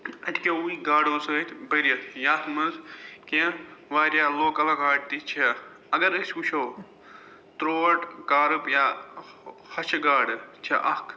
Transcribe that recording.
اَتہِ کیووٕے گاڈو سۭتۍ بٔرِتھ یَتھ مَنٛز کیٚنٛہہ واریاہ لوکَل گاڈٕ تہِ چھےٚ اگر أسۍ وٕچھو ترٛوٹ کارٕپ یا ہۄچھٕ گاڈٕ چھِ اَکھ